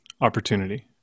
opportunity